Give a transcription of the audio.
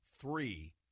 three